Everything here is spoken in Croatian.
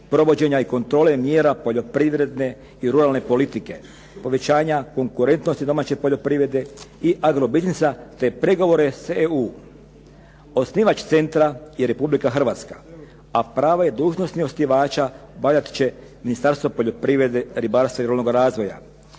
provođenja i kontrole mjera poljoprivredne i ruralne politike, povećanja konkurentnosti domaće poljoprivrede i agro biznisa te pregovora s EU. Osnivač centra je Republika Hrvatska, a prava i dužnosti osnivača …/Govornik se ne razumije./… će Ministarstvo poljoprivrede, ribarstva i ruralnog razvoja.